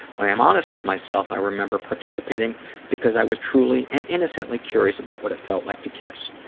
when i am honest with myself, i remember participating because i was truly and innocently curious about what it felt like to kiss.